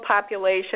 population